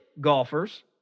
golfers